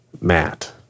Matt